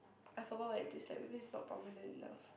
I forgot what it tastes like maybe it's not prominent enough